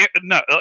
No